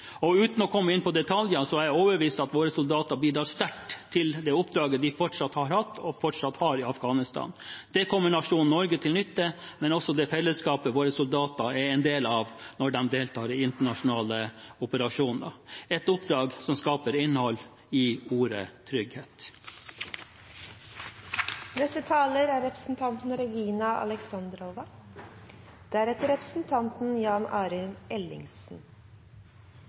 imponert. Uten å komme inn på detaljer er jeg overbevist om at våre soldater bidrar sterkt til det oppdraget de har hatt, og fortsatt har, i Afghanistan. Det kommer nasjonen Norge til nytte, men også det fellesskapet våre soldater er en del av når de deltar i internasjonale operasjoner, et oppdrag som skaper innhold i